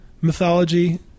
mythology